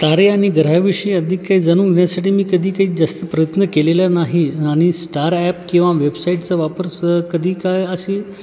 तारे आणि ग्रहाविषयी अधिक काही जाणून घेण्यासाठी मी कधी काही जास्त प्रयत्न केलेला नाही आणि स्टार ॲप किंवा वेबसाइटचा वापर स कधी काय हा अशी